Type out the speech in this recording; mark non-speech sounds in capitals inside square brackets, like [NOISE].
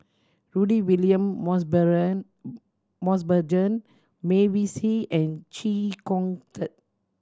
Rudy William [UNINTELLIGIBLE] Mosbergen Mavis [UNINTELLIGIBLE] and Chee Kong Tet